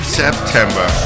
september